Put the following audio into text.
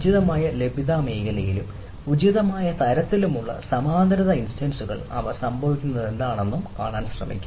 ഉചിതമായ ലഭ്യതാ മേഖലയിലും ഉചിതമായ തരത്തിലുമുള്ള സമാന്തര ഇൻസ്റ്റൻസസ്കൾ അവ സംഭവിക്കുന്നതെന്താണെന്ന് കാണാൻ ശ്രമിക്കുക